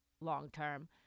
long-term